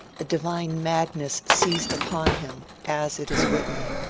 a divine madness seized upon him as it is written,